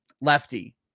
Lefty